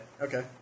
Okay